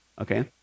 Okay